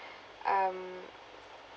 um